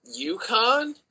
UConn